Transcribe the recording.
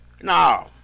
No